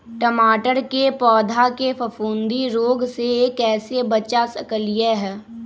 टमाटर के पौधा के फफूंदी रोग से कैसे बचा सकलियै ह?